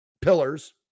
pillars